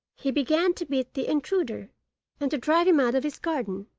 he began to beat the intruder and to drive him out of his garden.